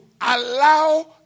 allow